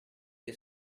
che